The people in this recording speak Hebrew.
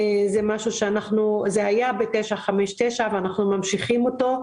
זה משהו שהיה ב-959 ואנחנו ממשיכים אותו.